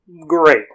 great